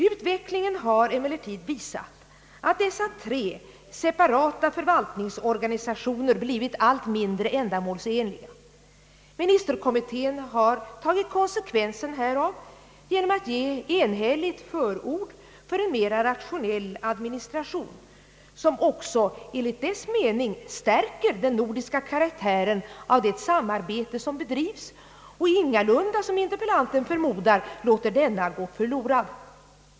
Utvecklingen har emellertid visat, att dessa tre separata förvaltningsorganisationer blivit allt mindre ändamålsenliga. Ministerkommittén har tagit konsekvensen härav genom att ge enhälligt förord för en mera rationell administration, som också enligt dess mening stärker den nordiska karaktären av det samarbete som bedrivs och ingalunda som interpellanten förmodar låter denna gå förlorad.